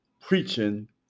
preaching